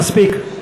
מספיק.